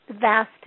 vast